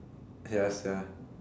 ya sia